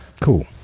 Cool